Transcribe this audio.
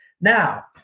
Now